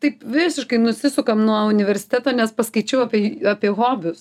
taip visiškai nusisukam nuo universiteto nes paskaičiau apie apie hobius